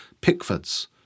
Pickford's